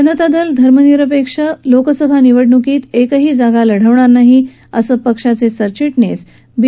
जनता दल धर्मनिरपेक्ष लोकसभा निवडणुकीत एकही जागा लढवणार नाही असं पक्षाचे सरचिश्रीस बी